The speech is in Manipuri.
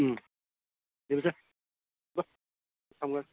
ꯎꯝ ꯊꯝꯈ꯭ꯔꯦ